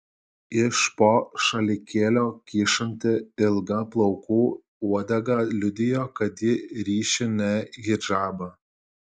iš po šalikėlio kyšanti ilga plaukų uodega liudijo kad ji ryši ne hidžabą